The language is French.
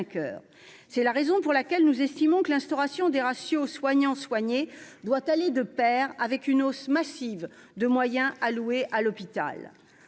ces raisons, nous estimons que l'instauration de ratios de soignants par soigné doit aller de pair avec une hausse massive des moyens alloués à l'hôpital.